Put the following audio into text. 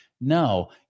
No